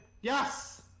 Yes